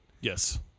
Yes